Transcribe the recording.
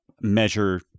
measure